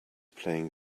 playing